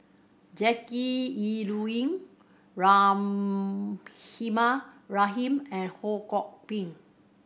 Jackie Yi Ru Ying Rahimah Rahim and Ho Kwon Ping